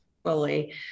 fully